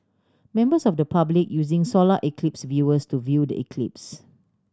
members of the public using solar eclipse viewers to view the eclipse